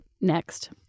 next